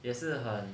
也是很